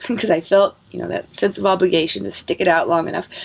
because i felt you know that sense of obligation to stick it out long enough.